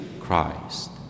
Christ